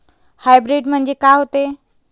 Hybrid म्हनजे का होते?